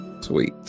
Sweet